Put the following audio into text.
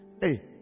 Hey